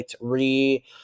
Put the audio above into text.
re